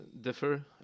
differ